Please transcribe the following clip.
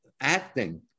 acting